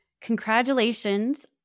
congratulations